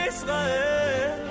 Israel